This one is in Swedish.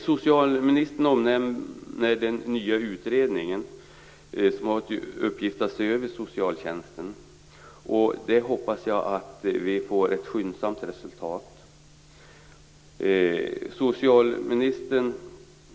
Socialministern omnämner den nya utredningen, som har till uppgift att se över socialtjänsten. Jag hoppas att vi får ett skyndsamt resultat.